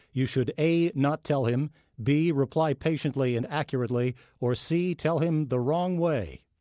you should a not tell him b reply patiently and accurately or c tell him the wrong way?